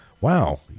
wow